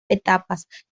etapas